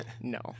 No